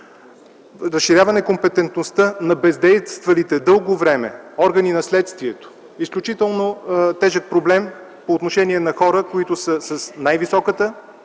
разширяване компетентността на бездействалите дълго време органи на следствието, което е изключително тежък проблем по отношение на хора, които са с най-високата